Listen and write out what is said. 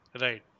Right